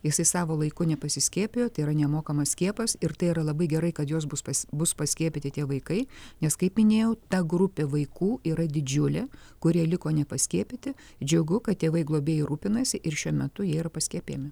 jisai savo laiku nepasiskiepijo tai yra nemokamas skiepas ir tai yra labai gerai kad jos bus pas bus paskiepyti tie vaikai nes kaip minėjau ta grupė vaikų yra didžiulė kurie liko nepaskiepyti džiugu kad tėvai globėjai rūpinasi ir šiuo metu jie yra paskiepijami